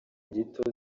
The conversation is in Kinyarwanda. gito